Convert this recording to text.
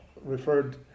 referred